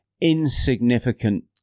insignificant